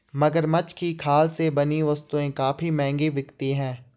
मगरमच्छ की खाल से बनी वस्तुएं काफी महंगी बिकती हैं